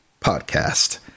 podcast